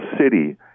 city